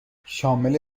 شامل